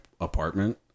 apartment